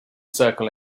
circle